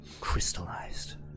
crystallized